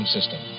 System